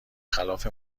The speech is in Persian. خلاف